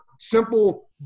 simple